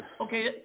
Okay